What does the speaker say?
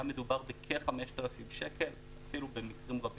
היה מדובר בכ-5,000 שקל ואפילו במקרים רבים